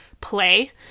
play